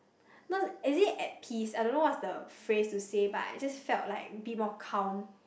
not as in at peace I don't know what's the phrase to say but I just felt like be more calm